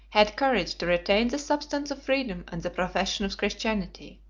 had courage to retain the substance of freedom and the profession of christianity.